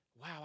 wow